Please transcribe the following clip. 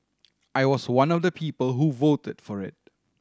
I was one of the people who voted for it